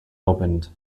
opened